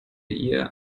ihr